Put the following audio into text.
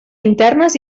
internes